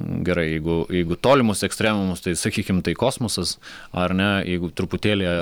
gerai jeigu jeigu tolimus ekstremumus tai sakykim tai kosmosas ar ne jeigu truputėlį